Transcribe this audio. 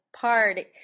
party